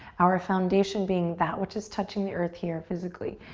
our foundation being that which is touching the earth here physically,